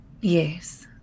Yes